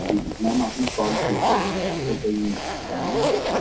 جی ma'am آپ نے call کی ہے آپ کو کہیں جانا ہے کیا